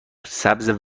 سبز